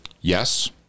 Yes